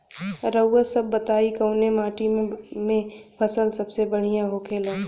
रउआ सभ बताई कवने माटी में फसले सबसे बढ़ियां होखेला?